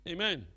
Amen